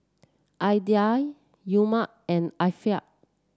Aidil Umar and Afiq